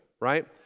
right